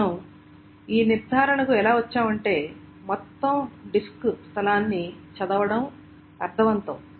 మనం ఈ నిర్ధారణకు ఎలా వచ్చామంటే మొత్తం డిస్క్ స్థలాన్ని చదవడం అర్ధవంతమే